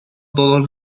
todos